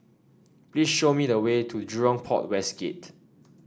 please show me the way to Jurong Port West Gate